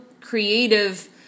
creative